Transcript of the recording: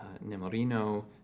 Nemorino